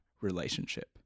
relationship